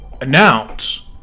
announce